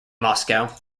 moscow